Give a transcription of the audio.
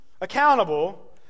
accountable